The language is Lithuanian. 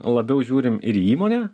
labiau žiūrim ir į įmonę